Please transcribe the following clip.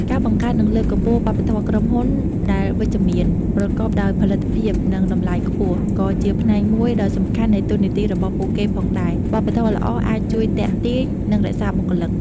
ការបង្កើត និងលើកកម្ពស់វប្បធម៌ក្រុមហ៊ុនដែលវិជ្ជមាន ប្រកបដោយផលិតភាព និងតម្លៃខ្ពស់ ក៏ជាផ្នែកមួយដ៏សំខាន់នៃតួនាទីរបស់ពួកគេផងដែរ វប្បធម៌ល្អអាចជួយទាក់ទាញ និងរក្សាបុគ្គលិក។